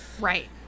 Right